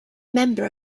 member